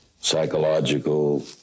psychological